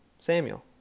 Samuel